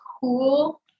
cool